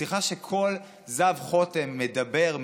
שיחה שכל זב חוטם מדבר עליה,